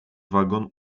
wagon